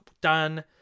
done